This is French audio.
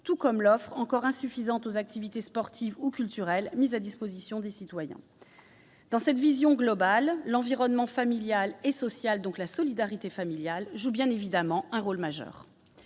tout comme par l'offre encore insuffisante d'activités sportives ou culturelles mises à la disposition des citoyens concernés. Dans cette vision globale, l'environnement familial et social, donc la solidarité familiale, joue bien évidemment un rôle majeur.